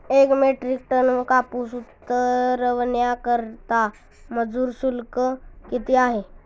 एक metric ton कापूस उतरवण्याकरता मजूर शुल्क किती आहे?